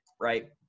right